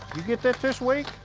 you get that this week?